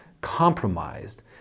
compromised